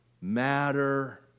matter